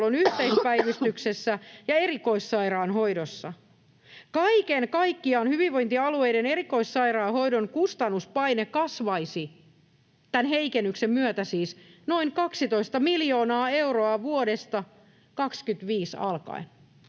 yhteispäivystyksessä ja erikoissairaanhoidossa. Kaiken kaikkiaan hyvinvointialueiden erikoissairaanhoidon kustannuspaine kasvaisi tämän heikennyksen myötä siis noin 12 miljoonaa euroa vuodesta 25 alkaen.